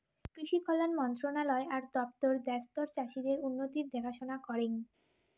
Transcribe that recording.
কৃষি কল্যাণ মন্ত্রণালয় আর দপ্তর দ্যাশতর চাষীদের উন্নতির দেখাশনা করেঙ